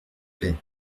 plait